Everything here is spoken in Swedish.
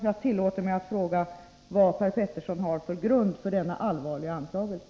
Jag tillåter mig att fråga vad Per Petersson har för grund för denna allvarliga anklagelse.